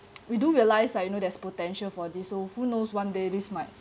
we do realise like you know there's potential for this so who knows one day this might